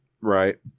right